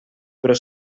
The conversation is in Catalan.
però